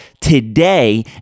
today